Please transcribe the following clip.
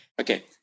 Okay